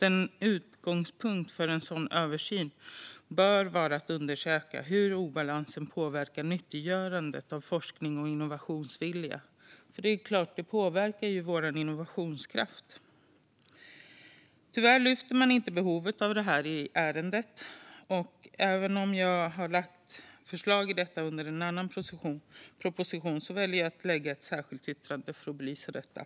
En utgångspunkt för en sådan översyn bör vara att undersöka hur obalansen påverkar nyttiggörandet av forskning och innovationsviljan, för det här påverkar såklart vår innovationskraft. Tyvärr lyfter man inte fram behovet av detta i ärendet. Även om jag har lagt förslag om detta under en annan proposition väljer jag att lägga fram ett särskilt yttrande för att belysa detta.